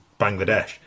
Bangladesh